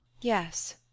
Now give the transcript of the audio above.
Yes